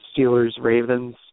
Steelers-Ravens